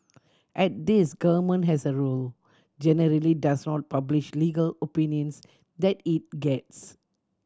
and this government as a rule generally does not publish legal opinions that it gets